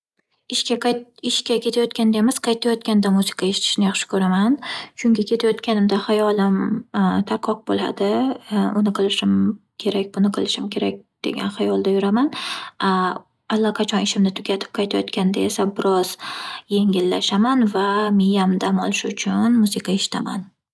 Ishga qayt- ishga ketayotganda emas qaytayotganda musiqa eshitishni yaxshi ko'raman. Chunki ketayotganda xayolim tarqoq bo'ladi. Uni qilishim kerak, buni qilishim kerak degan xayolda yuraman. Allaqachon ishimni tugatib qaytayotganda esa biroz yengillashaman va miyam dam olishi uchun musiqa eshitaman.